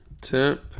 Temp